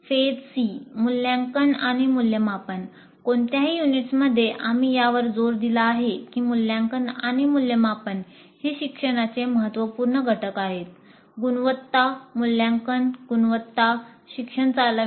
phase C मूल्यांकन आणि मूल्यमापन कोणत्याही युनिट्समध्ये आम्ही यावर जोर दिला आहे की मूल्यांकन आणि मूल्यमापन हे शिक्षणाचे महत्त्वपूर्ण घटक आहेत गुणवत्ता मूल्यांकन गुणवत्ता शिक्षण चालविते